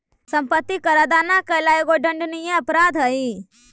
सम्पत्ति कर अदा न कैला एगो दण्डनीय अपराध हई